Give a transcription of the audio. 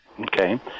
Okay